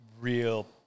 real